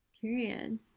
period